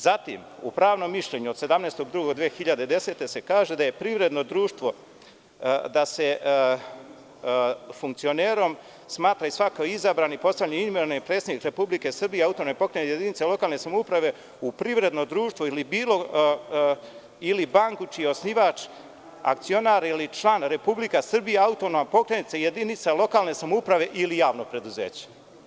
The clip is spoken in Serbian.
Zatim, u pravnom mišljenju od 17. februara 2010. godine se kaže – da se funkcionerom smatra i svako izabran i postavljen, imenovan predstavnik Republike Srbije i autonomne pokrajine i jedinice lokalne samouprave u privredno društvo ili banku čiji je osnivač akcionar ili član Republika Srbija ili autonomna pokrajina, jedinica lokalne samouprave ili javno preduzeće.